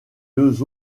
deux